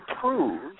prove